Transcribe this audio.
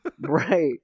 Right